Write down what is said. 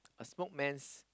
a spoke mans